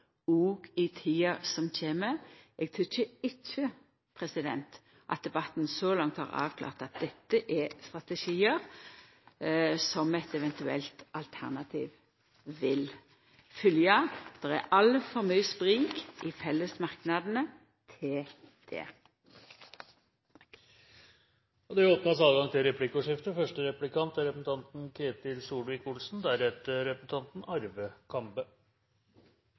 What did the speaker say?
òg i tida som kjem. Eg tykkjer ikkje at debatten så langt har avklart at dette er strategiar som eit eventuelt alternativ vil følgja. Det er eit altfor stort sprik i fellesmerknadene til det. Det blir replikkordskifte. God infrastruktur er